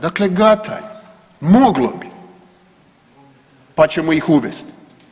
Dakle gataju moglo bi, pa ćemo ih uvesti.